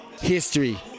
history